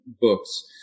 books